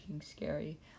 scary